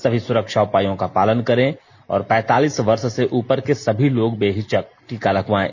सभी सुरक्षा उपायों का पालन करें और पैंतालीस वर्ष से उपर के सभी लोग बेहिचक टीका लगवायें